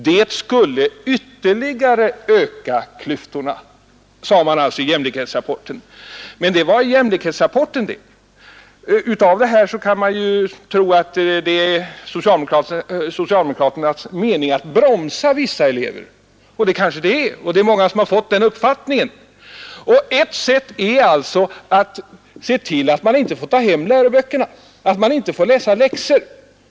Det skulle ytterligare öka klyftorna.” Detta sade man i jämlikhetsrapporten, men det var i jämlikhetsrapporten det. Av detta tror många att det är socialdemokraternas mening att bromsa vissa elever. Det är kanske det? Det är som sagt många som fått den uppfattningen. Ett sätt att bromsa vissa elever är alltså att barnen inte får ta hem läroböckerna, att de helt enkelt inte får läsa läxor.